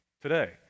today